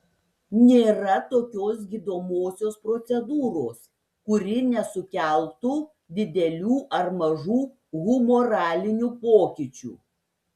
nėra tokios gydomosios procedūros kuri nesukeltų didelių ar mažų humoralinių pokyčių